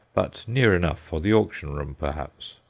but near enough for the auction-room, perhaps.